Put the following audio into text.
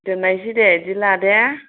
दोननोसै दे बिदिब्ला दे